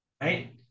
Right